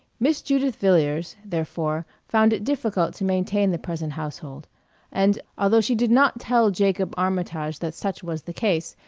miss judith villiers, therefore, found it difficult to maintain the present household and although she did not tell jacob armitage that such was the case,